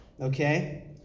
okay